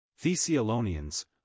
Thessalonians